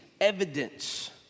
evidence